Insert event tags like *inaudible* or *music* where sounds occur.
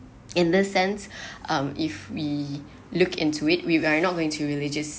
in the sense *breath* um if we look into it we are not going to religious